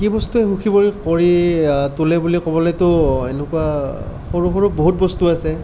কি বস্তুৱে সুখী কৰি কৰি তোলে বুলি ক'বলৈতো এনেকুৱা সৰু সৰু বহুত বস্তু আছে